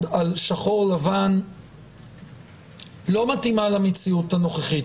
על שחור-לבן לא מתאימה למציאות הנוכחית.